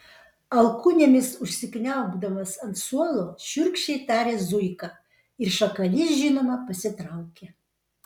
alkūnėmis užsikniaubdamas ant suolo šiurkščiai tarė zuika ir šakalys žinoma pasitraukė